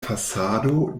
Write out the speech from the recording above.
fasado